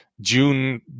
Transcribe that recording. june